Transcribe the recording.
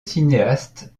cinéaste